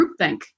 groupthink